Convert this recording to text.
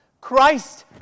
Christ